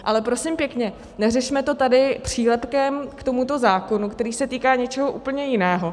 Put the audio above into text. Ale prosím pěkně, neřešme to tady přílepkem k tomuto zákonu, který se týká něčeho úplně jiného.